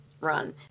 run